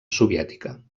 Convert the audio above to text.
soviètica